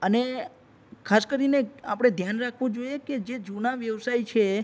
અને ખાસ કરીને આપણે ધ્યાન રાખવું જોઈએ કે જે જૂના વ્યવસાય છે